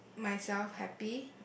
myself happy